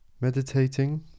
Meditating